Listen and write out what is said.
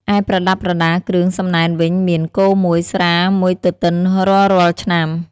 ឯប្រដាប់ប្រដាគ្រឿងសំណែនវិញមាន គោ ១ ស្រា ១ទទិនរាល់ៗឆ្នាំ។